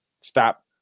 stop